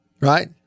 Right